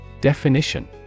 Definition